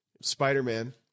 Spider-Man